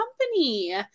company